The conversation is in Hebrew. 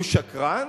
הוא שקרן,